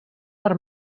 per